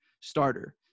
starter